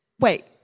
Wait